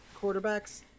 quarterbacks